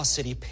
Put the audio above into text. City